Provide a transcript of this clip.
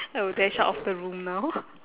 I will dash out of the room now